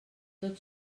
tot